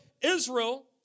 Israel